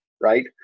Right